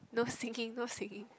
no singing no singing